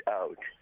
out